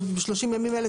ב-30 ימים האלה,